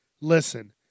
listen